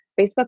Facebook